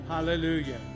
Hallelujah